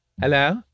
Hello